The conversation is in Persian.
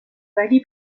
ولی